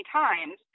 times